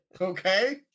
Okay